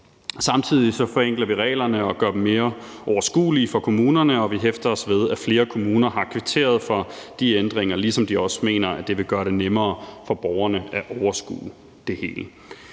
Samtidig forenkler vi reglerne og gør dem mere overskuelige for kommunerne, og vi hæfter os ved, at flere kommuner har kvitteret for de ændringer, ligesom de også mener, at det vil gøre det nemmere for borgerne at overskue det hele.